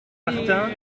martin